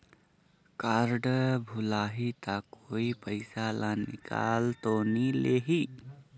Card भुलाही ता कोई पईसा ला निकाल तो नि लेही?